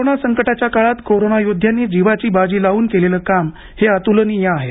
corona संकटाच्या काळात corona योद्ध्यांनी जीवाची बाजी लावून केलेलं काम हे अतुलनीय आहे